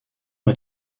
est